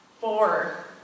four